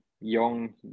young